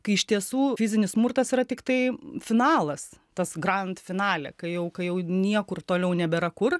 kai iš tiesų fizinis smurtas yra tiktai finalas tas grand finale kai jau kai jau niekur toliau nebėra kur